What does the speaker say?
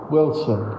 Wilson